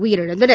உயிரிழந்தனர்